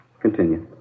Continue